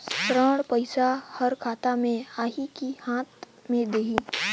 ऋण पइसा हर खाता मे आही की हाथ मे देही?